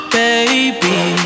baby